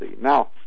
Now